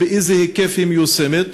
באיזה היקף היא מיושמת.